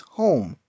home